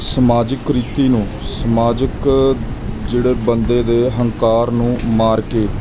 ਸਮਾਜਿਕ ਕੁਰੀਤੀ ਨੂੰ ਸਮਾਜਿਕ ਜਿਹੜੇ ਬੰਦੇ ਦੇ ਹੰਕਾਰ ਨੂੰ ਮਾਰ ਕੇ